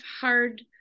hard